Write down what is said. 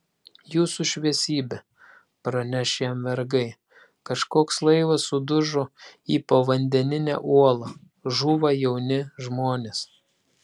jūsų šviesybe praneš jam vergai kažkoks laivas sudužo į povandeninę uolą žūva jauni žmonės